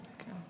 Okay